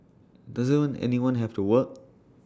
doesn't anyone have to work